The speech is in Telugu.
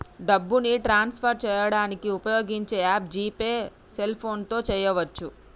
డబ్బుని ట్రాన్స్ఫర్ చేయడానికి ఉపయోగించే యాప్ జీ పే సెల్ఫోన్తో చేయవచ్చు